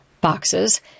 boxes